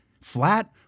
Flat